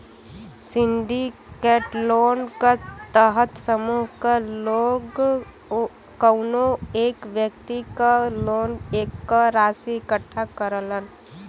syndicate loan क तहत समूह क लोग कउनो एक व्यक्ति क लोन क राशि इकट्ठा करलन